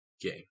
game